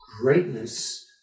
greatness